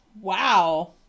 Wow